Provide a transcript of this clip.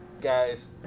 Guys